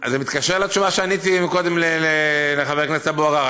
זה מתקשר לתשובה שעניתי קודם לחבר הכנסת אבו עראר.